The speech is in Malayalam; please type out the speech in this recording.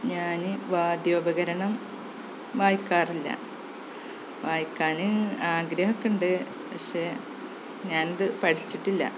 ഞാൻ വാദ്യോപകരണം വായിക്കാറില്ല വായിക്കാൻ ആഗ്രഹമൊക്കെയുണ്ട് പക്ഷേ ഞാനിത് പഠിച്ചിട്ടില്ല